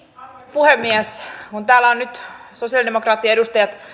puhemies kun täällä ovat sosialidemokraattien edustajat